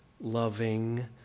loving